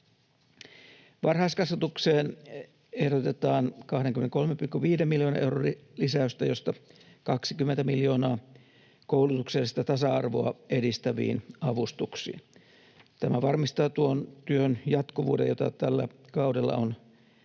Varhaiskasvatukseen ehdotetaan 23,5 miljoonan euron lisäystä, josta 20 miljoonaa koulutuksellista tasa-arvoa edistäviin avustuksiin. Tämä varmistaa tuon työn jatkuvuuden, jota tällä kaudella on